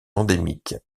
endémique